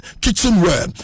kitchenware